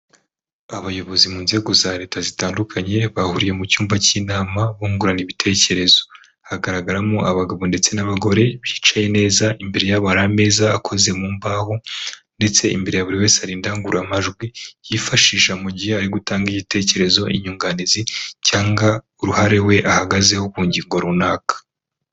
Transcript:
Abayobozi mu nzego za leta zitandukanye bahuriye mu cyumba cy'inama bungurana ibitekerezo, hagaragaramo abagabo ndetse n'abagore bicaye neza, imbere yabo hariameza akoze mu mbaho ndetse imbere ya buri wese hari indangururamajwi yifashisha mu gihe ari gutanga ibitekerezo, inyunganizi cyangwa uruhare we ahagazeho ku ngingo runaka.